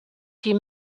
die